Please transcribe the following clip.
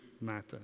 matter